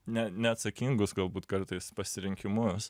ne neatsakingus galbūt kartais pasirinkimus